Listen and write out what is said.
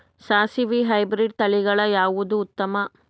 ಸಾಸಿವಿ ಹೈಬ್ರಿಡ್ ತಳಿಗಳ ಯಾವದು ಉತ್ತಮ?